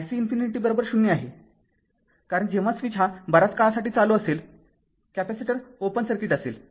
तर ic∞० आहे कारण जेव्हा स्विच हा फार काळासाठी चालू असेल कॅपेसिटर ओपन सर्किट असेल